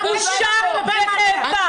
בושה וחרפה.